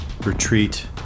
retreat